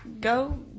go